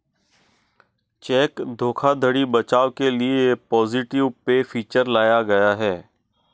check धोखाधड़ी बचाव के लिए पॉजिटिव पे फीचर लाया गया है